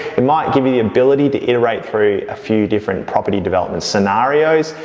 it might give you the ability to iterate through a few different property development scenarios.